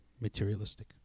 materialistic